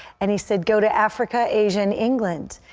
and he said, go to africa, asia, and england.